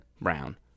Brown